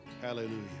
Hallelujah